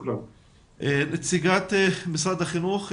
נציגת משרד החינוך,